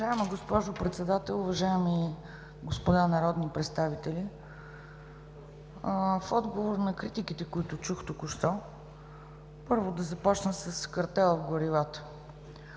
Уважаема госпожо Председател, уважаеми дами и господа народни представители! В отговор на критиките, които чух току-що, първо да започна с картела в горивата.